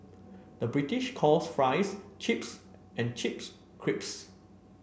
the British calls fries chips and chips crisps